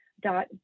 dot